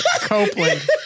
Copeland